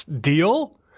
Deal